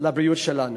לבריאות שלנו.